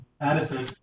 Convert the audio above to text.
Addison